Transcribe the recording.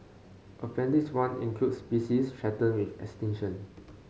appendix one includes species threatened with extinction